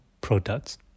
products